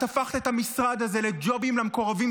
את הפכת את המשרד הזה לג'ובים למקורבים